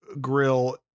grill